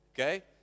Okay